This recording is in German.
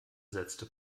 setzte